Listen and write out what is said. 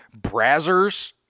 Brazzers